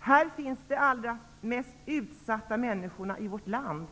Här finns de allra mest utsatta människorna i vårt land.